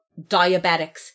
diabetics